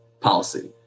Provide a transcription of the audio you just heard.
policy